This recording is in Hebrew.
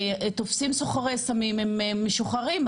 תופסים סוחרי סמים והם משוחררים,